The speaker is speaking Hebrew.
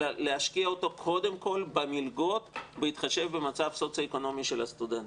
אלא להשקיע אותו קודם כל במלגות בהתחשב במצב סוציואקונומי של הסטודנטים.